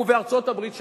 ובארצות-הברית,